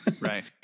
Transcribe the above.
Right